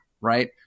right